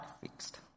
fixed